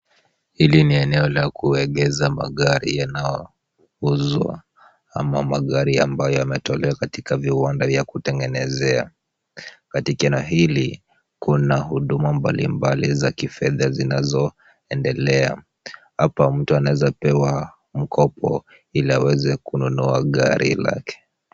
Hili ni eneo la kuegesha magari yanaouzwa ama magari ambayo yametolewa katika viwanda vya kutengenezea. Katika eneo hili, kuna huduma mbalimbali za kifedha zinazo endelea. Hapa mtu anaweza pewa mkopo ili aweze kununua gari lake.